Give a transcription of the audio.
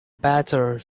better